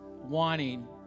wanting